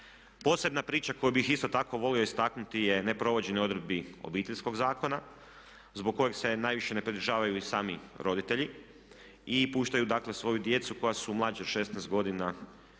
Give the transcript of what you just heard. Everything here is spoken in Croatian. Posebna priča koju bih isto tako volio istaknuti je ne provođenje odredbi obiteljskog zakona zbog kojeg se najviše ne pridržavaju i sami roditelji i puštaju, dakle svoju djecu koja su mlađa od 16 godina